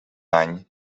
any